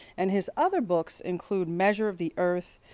and his other books include measure of the earth,